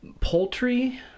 poultry